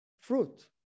fruit